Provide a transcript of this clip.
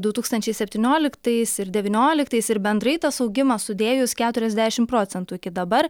du tūkstančiai septynioliktais ir devynioliktais ir bendrai tas augimas sudėjus keturiasdešim procentų iki dabar